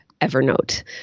Evernote